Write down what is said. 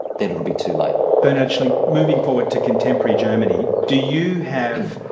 then it will be too late. bernhard schlink, moving forward to contemporary germany, do you have